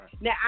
Now